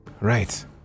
Right